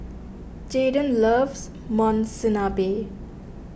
Jaiden loves Monsunabe